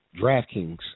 DraftKings